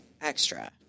extra